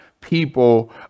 people